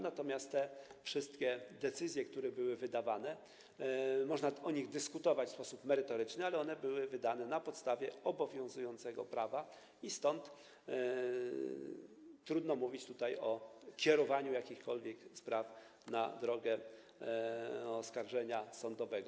Natomiast te wszystkie decyzje, które były wydawane, można o nich dyskutować w sposób merytoryczny, ale one były wydane na podstawie obowiązującego prawa, i stąd trudno mówić o kierowaniu jakichkolwiek spraw na drogę oskarżenia sądowego.